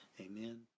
Amen